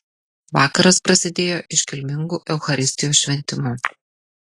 vakaras prasidėjo iškilmingu eucharistijos šventimu